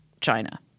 China